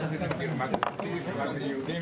תודה רבה לכל מי שחזר איתנו ואלינו.